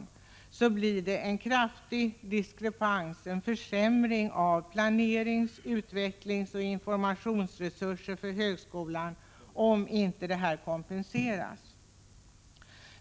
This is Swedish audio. Om detta inte kompenseras, uppstår det en kraftig diskrepans och en försämring av planerings-, utvecklingsoch informationsresurser för högskolan.